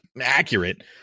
accurate